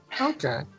Okay